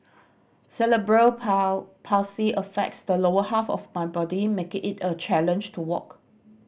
Cerebral Paul Palsy affects the lower half of my body making it a challenge to walk